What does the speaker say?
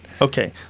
Okay